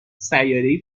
سیارهای